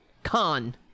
con